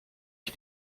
ich